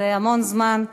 זה המון זמן.